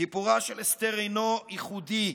סיפורה של אסתר אינו ייחודי.